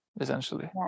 essentially